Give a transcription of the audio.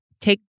take